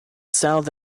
south